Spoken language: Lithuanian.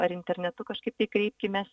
ar internetu kažkaip tai kreipkimės